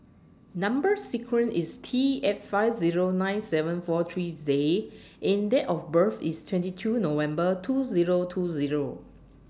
Number sequence IS T eight five Zero nine seven four three J and Date of birth IS twenty two November two Zero two Zero